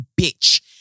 bitch